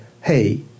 hey